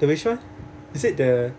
the which one you said the